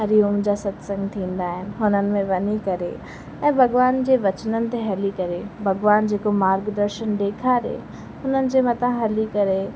हरिओम जा सत्संगु थींदा आहिनि हुननि में वञी करे ऐं भॻवान जे वचननि ते हली करे भॻवान जेको मार्ग दर्शन ॾेखारे हुननि जे मथां हली करे